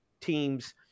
team's